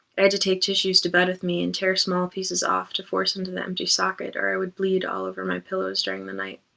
i had to take tissues to bed with me and tear small pieces off to force into the empty socket or i would bleed all over my pillows during the night.